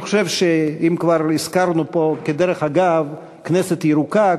אם כבר הזכרנו פה כבדרך אגב "כנסת ירוקה",